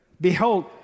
behold